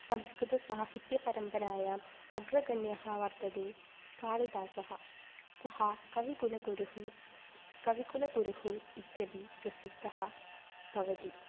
संस्कृत साहित्यपरम्परायाम् अग्रगण्यः वर्तते कालिदासः सः कविकुलगुरुः कविकुलगुरुः इत्यपि प्रसिद्धः भवति